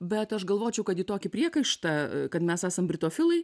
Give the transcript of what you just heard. bet aš galvočiau kad į tokį priekaištą kad mes esam britofilai